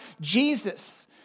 Jesus